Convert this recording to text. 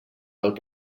alt